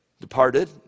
departed